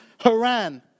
Haran